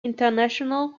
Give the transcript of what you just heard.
international